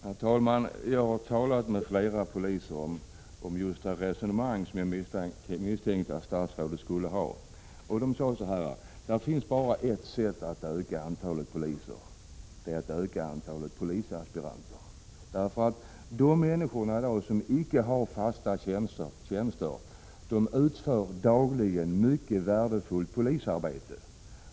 Herr talman! Jag har talat med flera poliser om just det resonemang som = 29 januari 1987 jag misstänkte att statsrådet skulle föra. De sade att det bara finns ert sätt att öka antalet poliser, och det är att öka antalet polisaspiranter. De personer som i dag inte har fasta tjänster utför dagligen mycket värdefullt polisarbete.